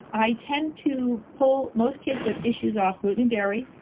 i tend to pull most kids with issues off gluten and dairy,